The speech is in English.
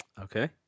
Okay